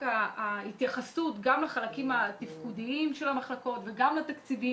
ההתייחסות גם לחלקים התפקודיים של המחלקות וגם לתקציבים